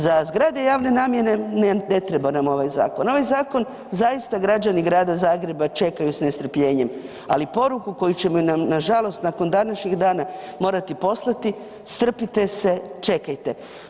Za zgrade javne namjene ne treba nam ovaj zakon, ovaj zakon zaista građani grada Zagreba čekaju s nestrpljenjem, ali poruku koju ćemo nažalost nakon današnjeg dana morati poslati, strpite se, čekajte.